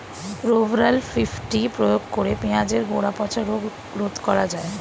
Rovral fifty প্রয়োগ করে পেঁয়াজের গোড়া পচা রোগ রোধ করা যায়?